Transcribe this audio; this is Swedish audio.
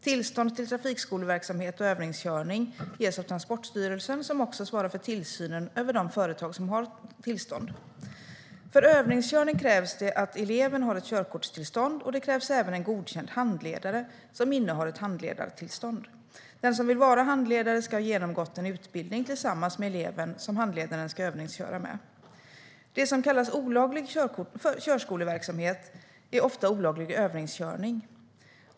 Tillstånd till trafikskoleverksamhet och övningskörning ges av Transportstyrelsen som också svarar för tillsynen över de företag som har tillstånd. För övningskörning krävs det att eleven har ett körkortstillstånd, och det krävs även en godkänd handledare som innehar ett handledartillstånd. Den som vill vara handledare ska ha genomgått en utbildning tillsammans med eleven som handledaren ska övningsköra med. Det som kallas "olaglig körskoleverksamhet" är ofta olaglig övningskörning.